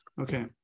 Okay